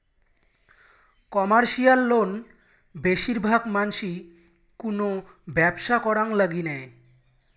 commercial loan বেশির ভাগ মানসি কুনো ব্যবসা করাং লাগি নেয়